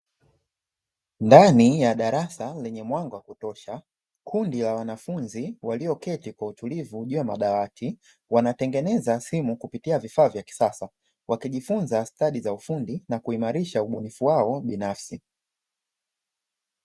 Ndani ya darasa lenye mwanga wa kutosha, kundi la wanafunzi walioketi kwa utuliv juu ya madawati, wanatengeneza simu kupitia vifaa vya kisasa wakijifunza stadi za ufundi wakiimarisha ubunifu wao binafsi.